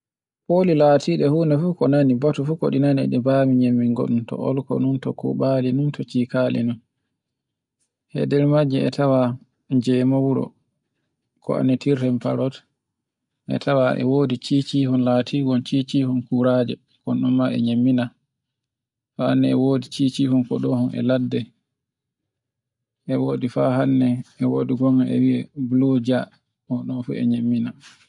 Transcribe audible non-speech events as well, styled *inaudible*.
Foli latidi fu na ko nani boto fu to ko ɗi nane ɗi banmi min goɗo to alko non, to kubli non, to cikali non. E nder majji e tawa jema wuro ko anndirtinte parrot, e tawa e wodi cicihol latihol cicihol kuraje kunɗn ma e nyammina. *noise* E nden e wodi cicihon ko ɗofu e ladde, e wodi fa hannde e wodi gonga e wi'e bluja *noise* un ɗo fu e nyammina.